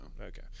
Okay